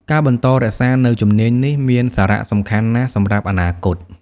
ការបន្តរក្សានូវជំនាញនេះមានសារៈសំខាន់ណាស់សម្រាប់អនាគត។